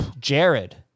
Jared